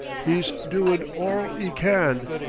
e's doing orl e can.